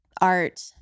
art